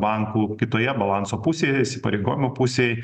bankų kitoje balanso pusėj įsipareigojimų pusėj